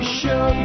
show